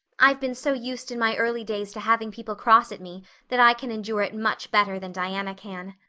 i've been so used in my early days to having people cross at me that i can endure it much better than diana can.